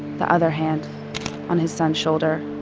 the other hand on his son's shoulder.